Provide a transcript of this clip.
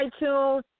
iTunes